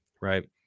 right